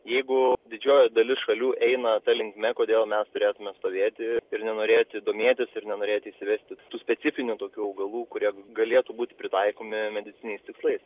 jeigu didžioji dalis šalių eina ta linkme kodėl mes turėtume stovėti ir nenorėti domėtis ir nenorėti įsivesti tų specifinių tokių augalų kurie galėtų būti pritaikomi medicininiais tikslais